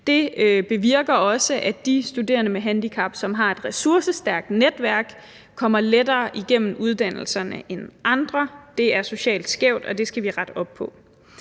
Det bevirker, at de studerende med handicap, som har et ressourcestærkt netværk, kommer lettere igennem uddannelserne end andre. Det er socialt skævt, og det skal vi rette op på.